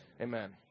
Amen